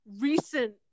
recent